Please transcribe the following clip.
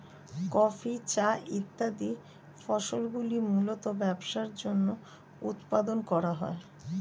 coffee, চা ইত্যাদি ফসলগুলি মূলতঃ ব্যবসার জন্য উৎপাদন করা হয়